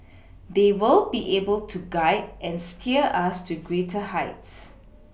they will be able to guide and steer us to greater heights